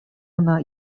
ӑна